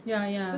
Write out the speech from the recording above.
ya ya